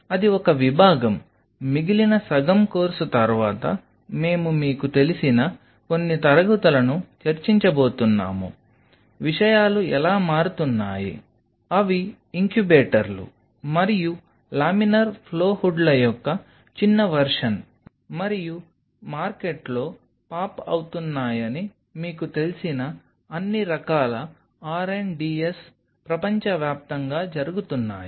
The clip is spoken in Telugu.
అది ఒక విభాగం మిగిలిన సగం కోర్సు తర్వాత మేము మీకు తెలిసిన కొన్ని తరగతులను చర్చించబోతున్నాము విషయాలు ఎలా మారుతున్నాయి అవి ఇంక్యుబేటర్లు మరియు లామినార్ ఫ్లో హుడ్ల యొక్క చిన్న వెర్షన్ మరియు మార్కెట్లో పాప్ అవుతున్నాయని మీకు తెలిసిన అన్ని రకాల RNDS ప్రపంచవ్యాప్తంగా జరుగుతున్నాయి